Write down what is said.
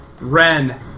Ren